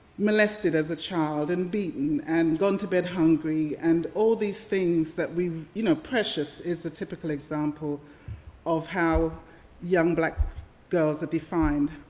molested as a child, and beaten, and gone to bed hungry, and all these things, that we you know precious is a typical example of how young black girls are defined.